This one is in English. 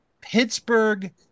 pittsburgh